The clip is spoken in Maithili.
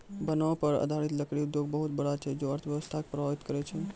वनो पर आधारित लकड़ी उद्योग बहुत बड़ा छै जे अर्थव्यवस्था के प्रभावित करै छै